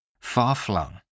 Far-flung